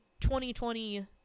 2020